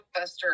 blockbuster